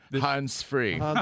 Hands-free